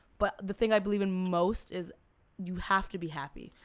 but the thing i believe in most is you have to be happy.